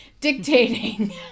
dictating